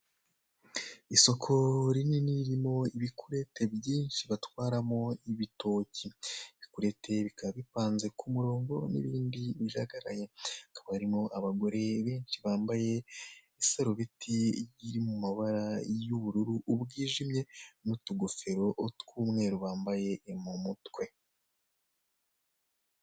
Isoko rinini ririmo ibikurete byinshi batwaramo ibitoki, ibikurete bikaba bipanze ku murongo n'ibindi bijagaraye, hakaba harimo abagore benshi bambaye isarubeti iri mu mabara y'ubururu bwijimye n'utugofero tw'umweru bambaye mu mutwe.